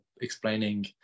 explaining